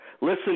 Listen